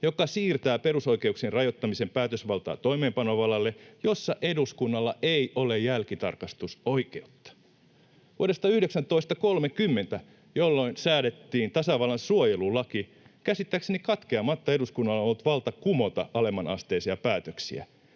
joka siirtää perusoikeuksien rajoittamisen päätösvaltaa toimeenpanovallalle, jossa eduskunnalla ei ole jälkitarkastusoikeutta. Vuodesta 1930, jolloin säädettiin tasavallan suojelulaki, käsittääkseni katkeamatta eduskunnalla on ollut valta kumota alemmanasteisia päätöksiä.